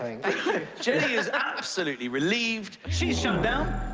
jennie is absolutely relieved. she's shut down.